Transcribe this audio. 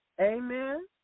Amen